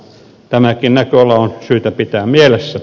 tämäkin näköala on syytä pitää mielessä